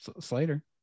Slater